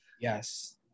yes